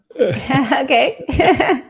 Okay